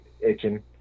itching